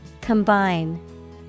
Combine